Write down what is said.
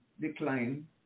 decline